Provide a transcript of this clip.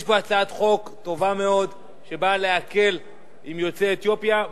יש פה הצעת חוק טובה מאוד שבאה להקל על יוצאי אתיופיה.